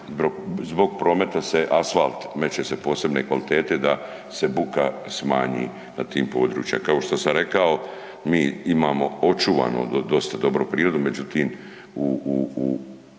zbog prometa se asfalt meće se posebne kvalitete da se buka smanji na tim područjima. Kao što sam rekao mi imamo očuvanu dosta dobru prirodu, međutim u,